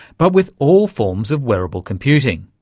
but with all forms of wearable computing.